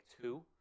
two